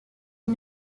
ils